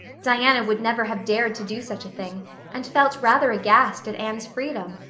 diana would never have dared to do such a thing and felt rather aghast at anne's freedom.